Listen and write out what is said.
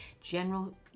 general